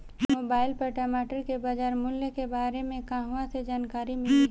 Mobile पर टमाटर के बजार मूल्य के बारे मे कहवा से जानकारी मिली?